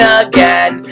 again